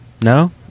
no